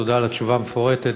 תודה על התשובה המפורטת.